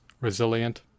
resilient